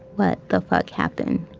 what the fuck happened?